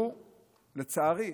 לצערי,